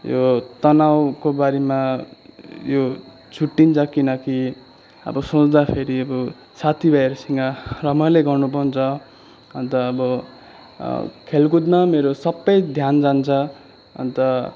यो तनावको बारेमा यो छुट्टिन्छ किन कि अब सोच्दाखेरि अब साथी भाइहरूसँग रमाइलै गर्नु पाउँछ अन्त अब खेलकुदमा मेरो सबै ध्यान जान्छ अन्त